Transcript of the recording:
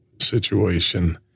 situation